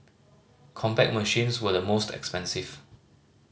Compaq machines were the most expensive